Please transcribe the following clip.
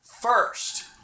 first